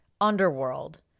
Underworld